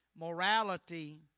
Morality